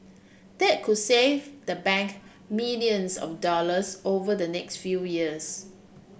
that could save the bank millions of dollars over the next few years